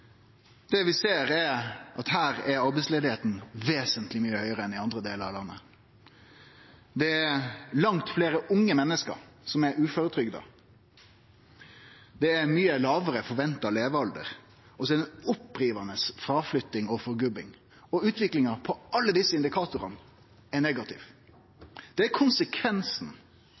Det vi ser, er at arbeidsløysa er vesentleg mykje høgare enn i andre delar av landet. Det er langt fleire unge menneske som er uføretrygda, det er mykje lågare forventa levealder, og det er ei opprivande fråflytting og forgubbing. Utviklinga på alle desse indikatorane er negativ. Det er konsekvensen.